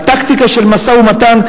הטקטיקה של משא-ומתן,